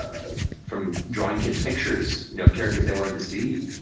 from drawing kids pictures you know of characters they wanted to see.